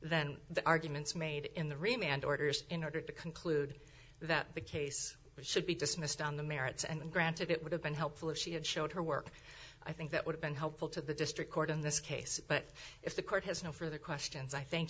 than the arguments made in the remake and orders in order to conclude that the case should be dismissed on the merits and granted it would have been helpful if she had shown her work i think that would have been helpful to the district court in this case but if the court has no further questions i thank